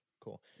cool